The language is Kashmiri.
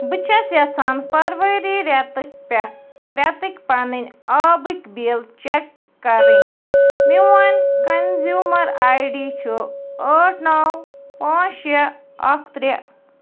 بہٕ چھَس یژھان فَرؤری رٮ۪تٕکۍ پٮ۪ٹھ رٮ۪تٕکۍ پنٕنۍ آبٕکۍ بِل چٮ۪ک کرٕنۍ میون کنزیوٗمَر آی ڈی چھُ ٲٹھ نَو پانٛژھ شےٚ اَکھ ترٛےٚ